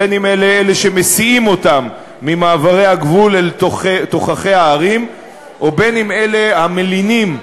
בין שאלה המסיעים אותם ממעברי הגבול אל תוככי הערים ובין שאלה המלינים,